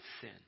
sin